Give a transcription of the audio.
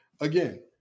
again